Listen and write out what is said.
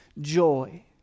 joy